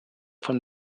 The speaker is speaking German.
von